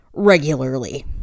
regularly